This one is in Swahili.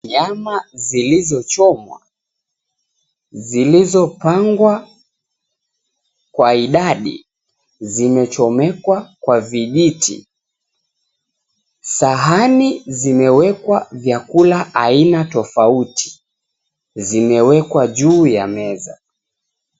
Nyama zilizochomwa zilizopangwa kwa idadi zimechomekwa kwa vijiti. Sahani zimewekwa vyakula aina tofauti. Zimewekwa juu ya meza.